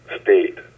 state